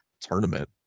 tournament